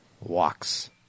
walks